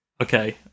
Okay